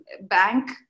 bank